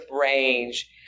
range